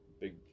big